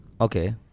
Okay